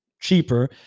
cheaper